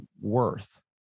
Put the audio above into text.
worth